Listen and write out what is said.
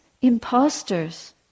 imposters